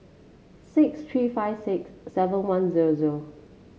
six three five six seven one zero zero